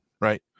right